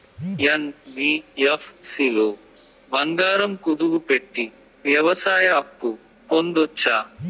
NBFC లో బంగారం కుదువు పెట్టి వ్యవసాయ అప్పు పొందొచ్చా?